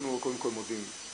אנחנו קודם כל מודים.